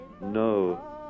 no